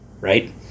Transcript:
Right